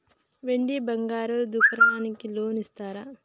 వెండి బంగారం దుకాణానికి లోన్ ఇస్తారా?